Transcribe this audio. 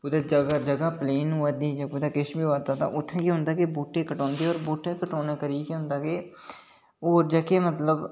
कुतै जगह् जगह् पलेन होआ करदी जां कुतै किश बी होआ'रदा उत्थै केह् होंदा कि बूहटे कटोंदे और बूहटे कटोने करी केह् होंदा कि होर जेह्के मतलब